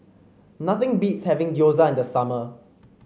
nothing beats having Gyoza in the summer